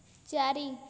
ଚାରି